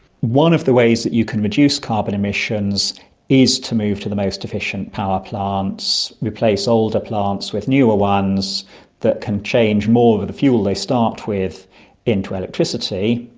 one of the ways that you can reduce carbon emissions is to move to the most efficient power plants, replace older plants with newer ones that can change more of of the fuel they start with into electricity.